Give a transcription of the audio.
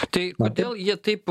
tai kodėl jie taip